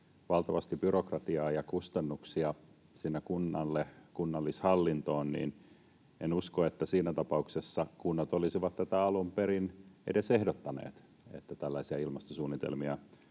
valtavasti byrokratiaa ja kustannuksia kunnalle kunnallishallintoon, niin en usko, että siinä tapauksessa kunnat olisivat alun perin edes ehdottaneet, että tällaisia ilmastosuunnitelmia